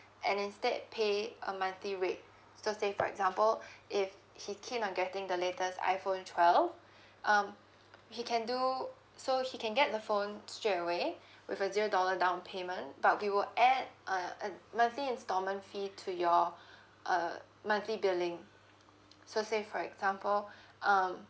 and instead pay a monthly rate so say for example if he keen on getting the latest iPhone twelve um he can do so he can get the phone straight away with a zero dollar down payment but we will add a uh monthly installment fee to your uh monthly billing so say for example um